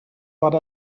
but